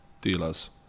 dealers